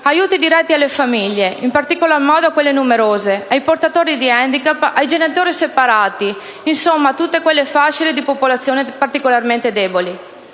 aiuti diretti alle famiglie (in particolar modo, a quelle numerose), ai portatori di *handicap*, ai genitori separati, insomma a tutte quelle fasce di popolazione particolarmente deboli.